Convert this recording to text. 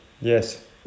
Yes